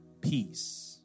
peace